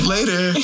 Later